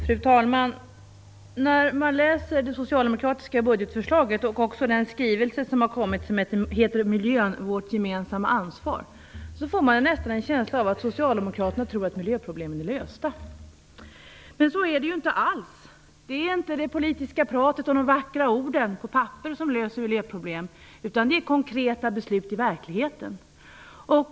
Fru talman! När man läser det socialdemokratiska budgetförslaget och den skrivelse som kommit och som heter Miljön, vårt gemensamma ansvar, får man nästan en känsla av att Socialdemokraterna tror att miljöproblemen är lösta. Men så är det inte alls. Det är inte det politiska talet och de vackra orden på papper som löser miljöproblem, utan det är konkreta beslut i verkligheten.